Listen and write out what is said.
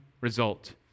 result